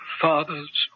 father's